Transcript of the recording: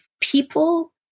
people